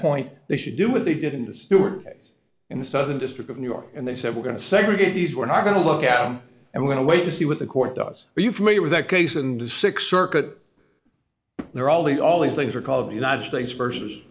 point they should do what they did in the stewart case in the southern district of new york and they said we're going to segregate these we're not going to look at him and went away to see what the court does are you familiar with that case and six circuit there all the all these things are called united states versus